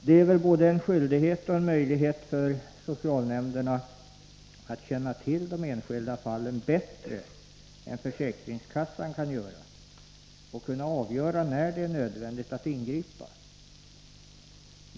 Det är väl både en skyldighet och en möjlighet för socialnämnderna att känna till de enskilda fallen bättre än försäkringskassan kan göra och kunna avgöra när det är nödvändigt att ingripa.